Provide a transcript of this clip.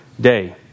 day